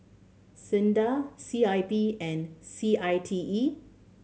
SINDA C I P and C I T E